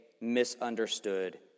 misunderstood